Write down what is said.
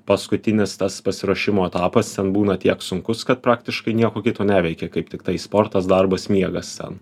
paskutinis tas pasiruošimo etapas ten būna tiek sunkus kad praktiškai nieko kito neveikia kaip tiktai sportas darbas miegas ten